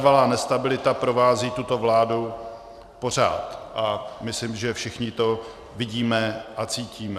Trvalá nestabilita provází tuto vládu pořád a myslím, že všichni to vidíme a cítíme.